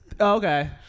Okay